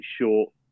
short